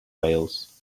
wales